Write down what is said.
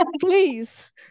please